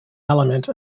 element